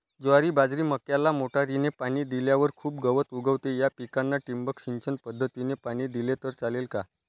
ज्वारी, बाजरी, मक्याला मोटरीने पाणी दिल्यावर खूप गवत उगवते, या पिकांना ठिबक सिंचन पद्धतीने पाणी दिले तर चालेल का?